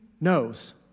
knows